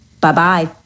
Bye-bye